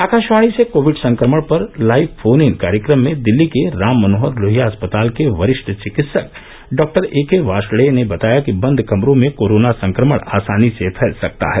आकाशवाणी से कोविड संक्रमण पर लाइव फोन इन कार्यक्रम में दिल्ली के राममनोहर लोहिया अस्पताल के वरिष्ठ चिकित्सक डॉक्टर ए के वार्षणेय ने बताया कि बंद कमरों में कोरोना संक्रमण आसानी से फैल सकता है